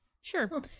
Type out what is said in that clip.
Sure